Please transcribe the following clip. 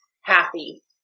happy